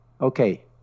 Okay